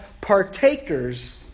partakers